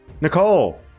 Nicole